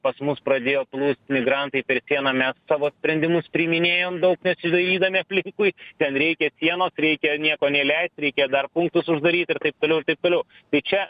pas mus pradėjo plūst migrantai per sieną mes savo sprendimus priiminėjom daug nesidairydami aplinkui ten reikia sienos reikia nieko neįleist reikia dar punktus uždaryt ir taip toliau ir taip toliau tai čia